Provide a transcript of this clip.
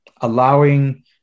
allowing